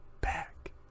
back